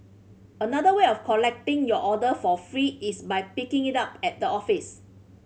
another way of collecting your order for free is by picking it up at the office